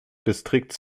distrikts